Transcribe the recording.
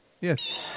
yes